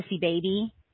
baby